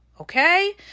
Okay